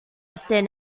often